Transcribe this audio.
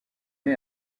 née